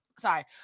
sorry